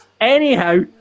Anyhow